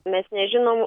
mes nežinom